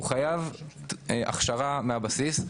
הוא חייב הכשרה מהבסיס.